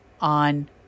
on